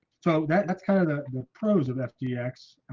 so that's kind of the pros of fdx and